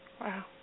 Wow